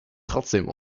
trotzdem